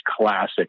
classic